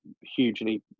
hugely